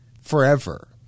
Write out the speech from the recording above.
forever